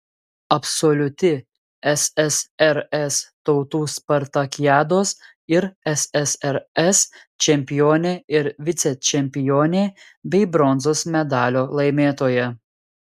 absoliuti ssrs tautų spartakiados ir ssrs čempionė ir vicečempionė bei bronzos medalio laimėtoja